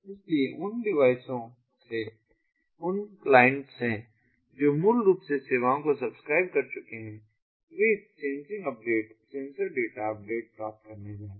इसलिए उन डिवाइसों से उन क्लाइंट से जो मूल रूप से सेवाओं को सब्सक्राइब कर चुके हैं वे इस sensing update sensor data update प्राप्त करने जा रहे हैं